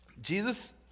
Jesus